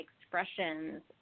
expressions